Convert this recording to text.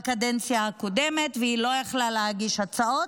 בקדנציה הקודמת, והיא לא יכלה להגיש הצעות,